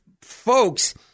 folks